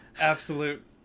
absolute